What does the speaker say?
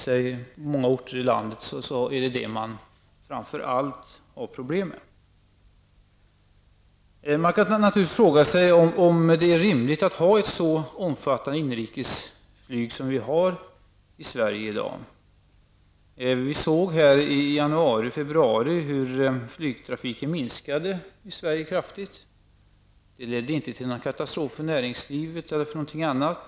På många orter i landet är det framför allt bullret som man har problem med. Man kan naturligtvis undra om det är rimligt att ha ett så omfattande inrikesflyg som vi har i Sverige i dag. I januari och februari minskade flygtrafiken i Sverige kraftigt. Det ledde inte till någon katastrof för t.ex. näringslivet.